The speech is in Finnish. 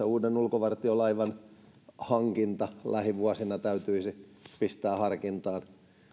uuden ulkovartiolaivan hankinta joka lähivuosina täytyisi pistää harkintaan eli